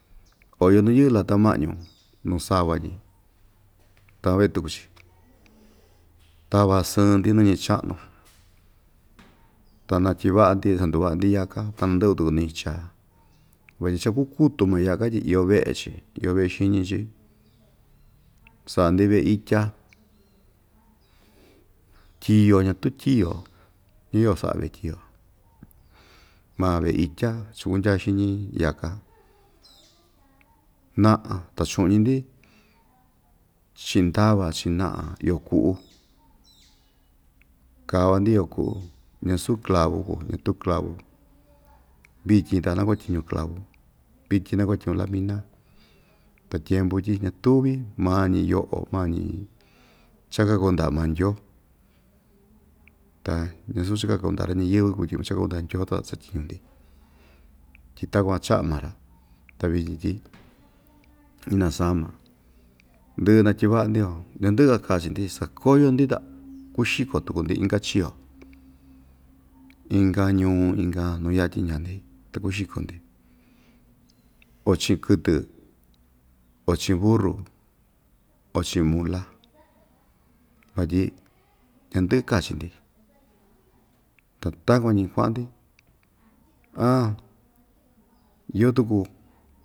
Oo iyo nuu yɨꞌɨ lata maꞌñu nuu sava‑ñi ta vee tuku‑chi tava sɨɨn‑ndi nɨñɨ chaꞌnu ta natyivaꞌa‑ndi sanduvaꞌa‑ndi yaka ta nandɨvɨ tuku nɨñɨ chaa vatyi cha kuu kutu maa yaka tyi iyo veꞌe‑chi iyo veꞌe xiñi‑chi saꞌa‑ndi veꞌe itya tyio ñatuu tyio ñayoo saꞌa veꞌe tyio maa veꞌe itya chikundyaa xiñi yaka naꞌa ta chuꞌñi‑ndi chii ndava chiin naꞌa yoꞌo kuꞌu kava‑ndi yoꞌo kuꞌu ñasuu clau kuu ñatuu clau vityin ta nakuatyiñu clau vityin nakuatyiñu lamina ta tyempu tyi ñatuvi mañi yoꞌo mañi cha kaku ndaꞌa maa ndyoo ta ñasuu cha kaku ndaꞌa ra‑ñiyɨ́vɨ́ kuu tyi cha kaku ndaꞌa ndyoo ta satyiñu‑ndi tyi takuan chaꞌa maa‑ra ta vityin tyi ina sama ndɨꞌɨ natyivaꞌa‑ndi yua ñandɨꞌɨ‑ka kachi‑ndi sakoyo‑ndi ta kuxiko tuku‑ndi inka chio inka ñuu inka nuu yatyin ndaa‑ndi ta kuxiko‑ndi oo chiꞌin kɨtɨ oo chiꞌin buru o chiꞌin mula vatyi ñandɨꞌɨ kachi‑ndi ta takuan‑ñi kuaꞌan‑ndi, aan iyo tuku.